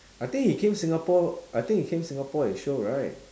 I think he came singapore I think he came singapore and show right